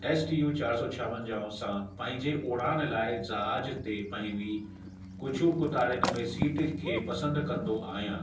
S T U चारि सौ छावंजाह सां पंहिंजे उड़ान लाइ जहाज ते पंहिंजी कुझु कुतारियुनि में सीट खे पसंदि कंदो आहियां